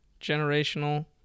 Generational